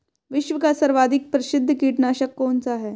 विश्व का सर्वाधिक प्रसिद्ध कीटनाशक कौन सा है?